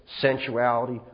sensuality